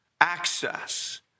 access